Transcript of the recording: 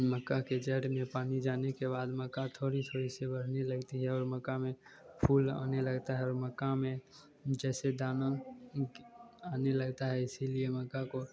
मक्के की जड़ में पानी जाने के बाद मक्का थोड़ा थोड़ा सा बढ़ने लगता है और मक्के में फूल आने लगता है और मक्के में जैसे दाना कि आने लगता है इसी लिए मक्के को